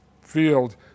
field